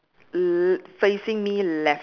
l~ facing me left